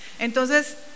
Entonces